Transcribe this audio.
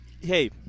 hey